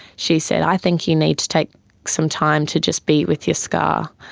she said, i think you need to take some time to just be with your scar,